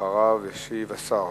אחריה ישיב השר.